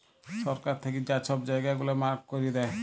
সরকার থ্যাইকে যা ছব জায়গা গুলা মার্ক ক্যইরে দেয়